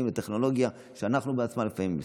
לטכנולוגיה שאנחנו בעצמנו לפעמים מסתבכים.